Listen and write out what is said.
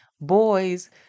boys